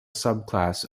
subclass